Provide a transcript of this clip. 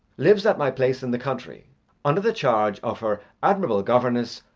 lives at my place in the country under the charge of her admirable governess,